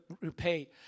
repay